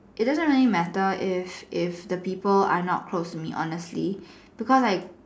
it doesn't really matter if if the people are not really close to me honestly because I'm